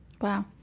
Wow